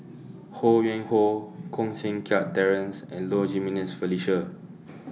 Ho Yuen Hoe Koh Seng Kiat Terence and Low Jimenez Felicia